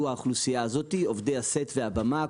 שהוא האוכלוסייה של עובדי הסט והבמה,